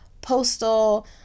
postal